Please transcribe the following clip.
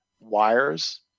wires